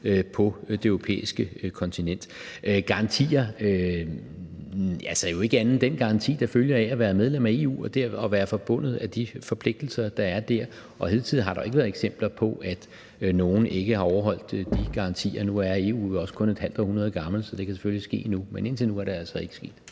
på det europæiske kontinent. Garantier? Jo ikke andet end den garanti, der følger af at være medlem af EU og det at være bundet af de forpligtelser, der er der. Hidtil har der jo ikke været eksempler på, at nogle ikke har overholdt de garantier. Nu er EU jo også kun et halvt århundrede gammelt, så det kan selvfølgelig nå at ske. Men indtil nu er det altså ikke sket.